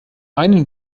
einen